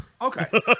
Okay